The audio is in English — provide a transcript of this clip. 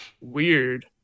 Weird